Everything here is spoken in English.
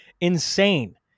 insane